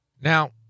Now